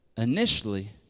Initially